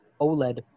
OLED